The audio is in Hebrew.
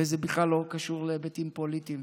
וזה בכלל לא קשור להיבטים פוליטיים.